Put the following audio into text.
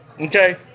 Okay